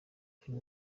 film